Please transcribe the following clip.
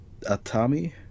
Atami